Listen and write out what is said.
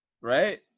Right